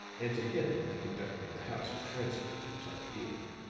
and to him the conducting of the house was transferred for the time being.